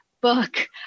book